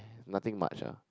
nothing much ah